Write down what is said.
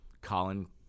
Colin